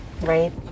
Right